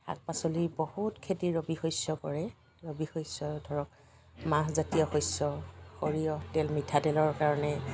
শাক পাচলিৰ বহুত খেতি ৰবি শস্য কৰে ৰবি শস্য ধৰক মাহ জাতীয় শস্য সৰিয়হ তেল মিঠাতেলৰ কাৰণে